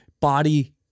body